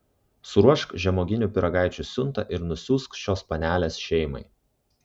suruošk žemuoginių pyragaičių siuntą ir nusiųsk šios panelės šeimai